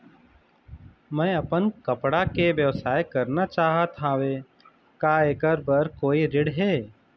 मैं अपन कपड़ा के व्यवसाय करना चाहत हावे का ऐकर बर कोई ऋण हे?